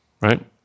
right